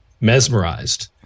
mesmerized